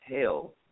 hell